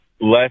less